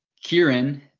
Kieran –